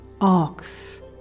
ox